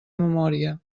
memòria